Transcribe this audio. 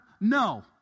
No